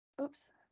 Oops